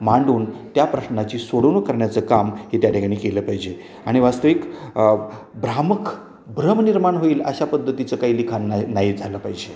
मांडून त्या प्रश्नाची सोडवणूक करण्याचं काम हे त्या ठिकाणी केलं पाहिजे आणि वास्तविक भ्रामक भ्रमनिर्माण होईल अशा पद्धतीचं काही लिखाण नाही नाही झालं पाहिजे